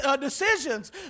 decisions